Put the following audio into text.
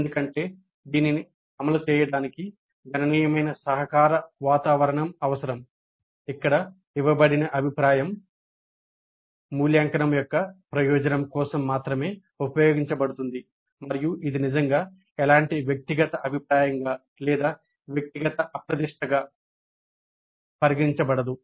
ఎందుకంటే దీనిని అమలు చేయడానికి గణనీయమైన సహకార వాతావరణం అవసరం ఇక్కడ ఇవ్వబడిన అభిప్రాయం మూల్యాంకనం యొక్క ప్రయోజనం కోసం మాత్రమే ఉపయోగించబడుతుంది మరియు ఇది నిజంగా ఎలాంటి వ్యక్తిగత అభిప్రాయంగా లేదా వ్యక్తిగత అప్రతిష్టగా పరిగణించబడదు